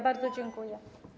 Bardzo dziękuję.